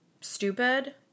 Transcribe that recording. stupid